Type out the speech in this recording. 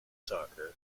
soccer